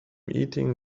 eating